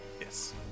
Yes